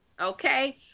okay